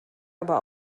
aber